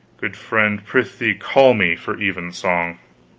good friend, prithee call me for evensong.